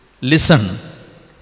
listen